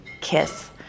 kiss